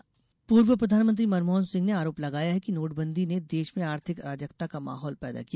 मनमोहन सिंह पूर्व प्रधानमंत्री मनमोहन सिंह ने आरोप लगाया की नोटबन्दी ने देश मे आर्थिक अराजकता का माहौल पैदा किया